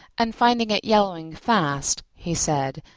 and, finding it yellowing fast, he said,